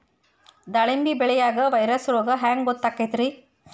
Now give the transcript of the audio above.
ದಾಳಿಂಬಿ ಬೆಳಿಯಾಗ ವೈರಸ್ ರೋಗ ಹ್ಯಾಂಗ ಗೊತ್ತಾಕ್ಕತ್ರೇ?